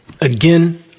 Again